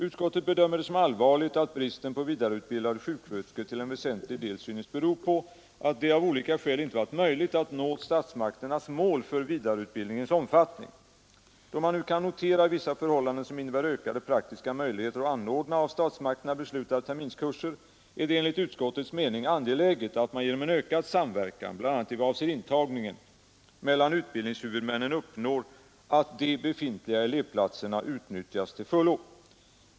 Utskottet bedömer det som allvarligt att bristen på vidareutbildade sjuksköterskor till en väsentlig del synes bero på att det av olika skäl inte varit möjligt att nå statsmakternas mål för vidareutbildningens omfattning. Då man nu kan notera vissa förhållanden som innebär ökade praktiska möjligheter att anordna av statsmakterna beslutade terminskurser är det enligt utskottets mening angeläget att man genom en ökad samverkan — bl.a. i vad avser intagningen — mellan utbildningshuvudmännen uppnår att de befintliga elevplatserna utnyttjas till fullo.